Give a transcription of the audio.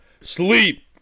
Sleep